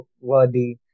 worthy